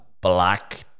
black